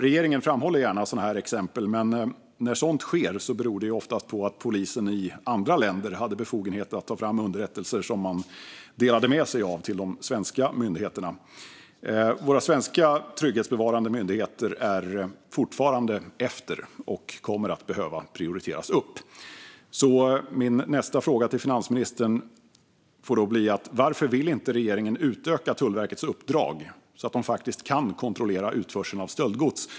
Regeringen framhåller gärna sådana exempel, men när sådant sker beror det oftast på att polisen i andra länder har befogenheter att ta fram underrättelser som man delar med sig av till de svenska myndigheterna. Våra svenska trygghetsbevarande myndigheter är fortfarande efter och kommer att behöva prioriteras upp. Min nästa fråga till finansministern får då bli: Varför vill inte regeringen utöka Tullverkets uppdrag, så att de faktiskt kan kontrollera utförseln av stöldgods?